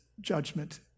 judgment